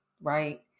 right